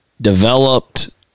developed